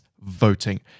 voting